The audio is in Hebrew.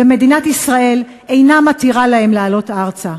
ומדינת ישראל אינה מתירה להם לעלות ארצה.